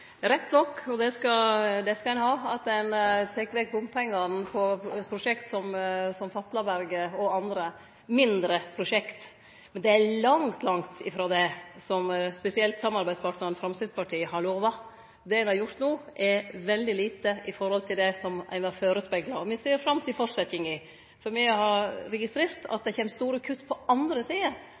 Rett nok – og det skal ein ha – tek ein vekk bompengar på prosjekt som Fatlaberget og andre mindre prosjekt, men det er langt, langt frå det som spesielt samarbeidspartnaren Framstegspartiet har lova. Det ein har gjort no, er veldig lite i forhold til det ein var førespegla. Me ser fram til fortsetjinga, for me har registrert at det kjem store kutt på andre sider